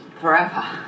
Forever